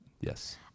yes